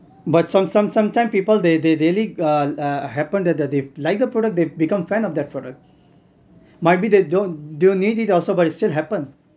but some some sometime people they they really uh uh happened that they like the product they become fan of that product might be that they don't don't need it also but it's still happened